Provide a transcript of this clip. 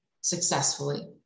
successfully